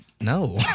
No